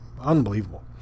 Unbelievable